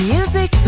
Music